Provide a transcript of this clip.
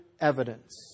evidence